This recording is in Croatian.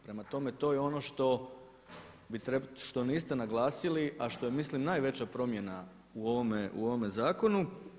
Prema tome, to je ono što niste naglasili a što je mislim najveća promjena u ovome zakonu.